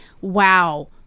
wow